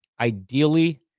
ideally